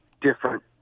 different